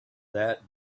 that